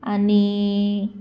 आनी